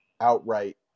outright